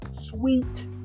sweet